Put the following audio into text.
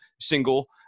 single